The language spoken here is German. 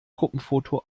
gruppenfoto